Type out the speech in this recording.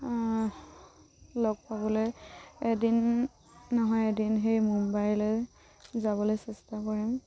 লগ পাবলৈ এদিন নহয় এদিন সেই মুম্বাইলৈ যাবলৈ চেষ্টা কৰিম